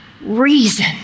reason